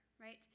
right